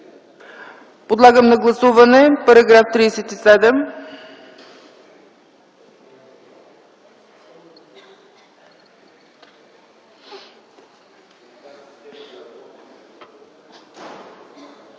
Подлагам на гласуване параграфи